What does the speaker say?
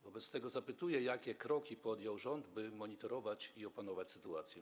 Wobec tego zapytuję: Jakie kroki podjął rząd, by monitorować i opanować sytuację?